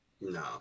No